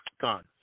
Gone